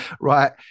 Right